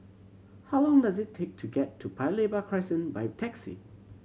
how long does it take to get to Paya Lebar Crescent by taxi